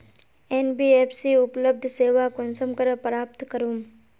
NBFC उपलब्ध सेवा कुंसम करे प्राप्त करूम?